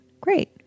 Great